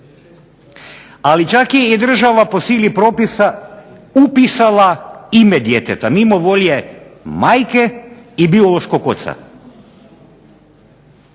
Ali čak je i država po sili propisa upisala ime djeteta, mimo volje majke i biološkog oca.